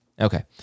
Okay